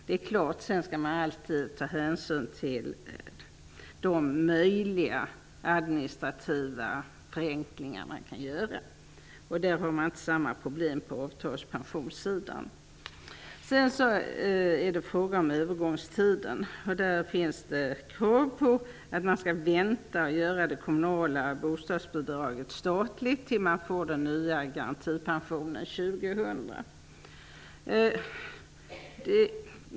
Man skall vidare alltid ta hänsyn till de administrativa förenklingar som kan göras. I det avseendet har man inte samma problem på avtalspensionssidan. Vad gäller övergångstiden finns det krav på att man skall vänta med att göra det kommunala bostadsbidraget statligt tills den nya pensionen träder i kraft år 2000.